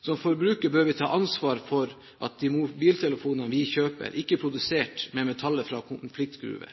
Som forbrukere bør vi ta ansvar for at de mobiltelefonene vi kjøper, ikke er produsert med metaller fra konfliktgruver.